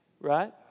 right